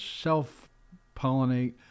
self-pollinate